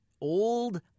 old